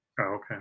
okay